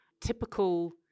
typical